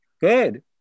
Good